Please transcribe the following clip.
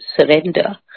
surrender